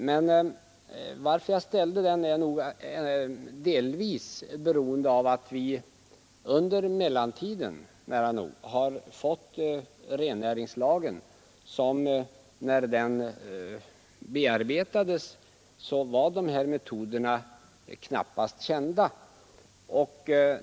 Att jag framställde min interpellation berodde delvis på att vi under mellantiden har fått den nya rennäringslagen, och när den bearbetades var de här metoderna knappast kända.